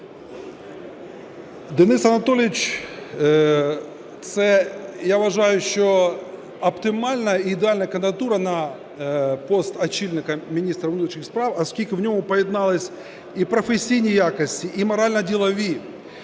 Денис Анатолійович – це, я вважаю, що оптимальна і ідеальна кандидатура на пост очільника Міністерства внутрішніх справ, оскільки в ньому поєднались і професійні якості, і морально-ділові,